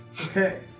Okay